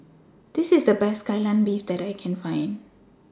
This IS The Best Kai Lan Beef that I Can Find